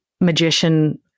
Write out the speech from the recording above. magician